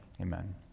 amen